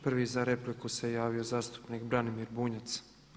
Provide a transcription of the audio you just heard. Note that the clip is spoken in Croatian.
Prvi za repliku se javio zastupnik Branimir Bunjac.